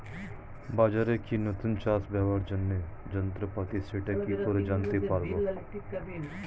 বাজারে কি নতুন চাষে ব্যবহারের জন্য যন্ত্রপাতি সেটা কি করে জানতে পারব?